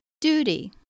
duty